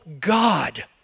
God